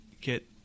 get